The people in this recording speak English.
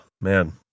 man